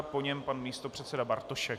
Po něm pan místopředseda Bartošek.